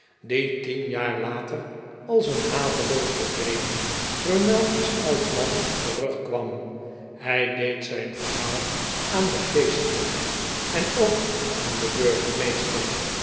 die tien jaar later als een haveloos tevreden rheumatisch oud man terugkwam hij deed zijn verhaal aan den geestelijke en ook aan den burgemeester